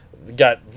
got